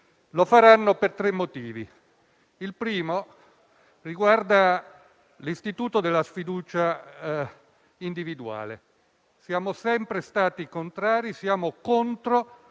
Lo faranno per tre motivi, il primo dei quali riguarda l'istituto della sfiducia individuale. Siamo sempre stati contrari e siamo contro